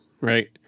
right